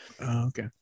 okay